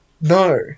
No